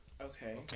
Okay